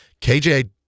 KJ